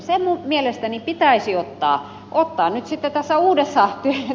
se mielestäni pitäisi ottaa nyt sitten tässä uudessa mihin